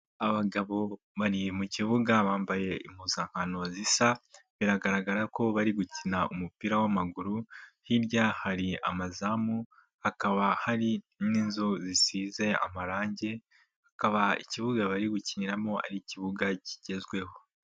Abagabo bari mu kibuga bambaye impuzankano zisa biragaragara ko bari gukina umupira w'amaguru, harya hari amazamu hakaba hari n'inzu zisize amarange bakaba ikibuga bari gukiniramo ari ikibuga kigezweho.